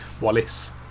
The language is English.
Wallace